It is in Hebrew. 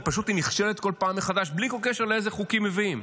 ופשוט היא נכשלת כל פעם מחדש בלי כל קשר לאיזה חוקים מביאים.